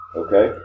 okay